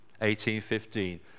1815